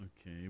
Okay